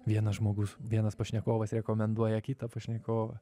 vienas žmogus vienas pašnekovas rekomenduoja kitą pašnekovą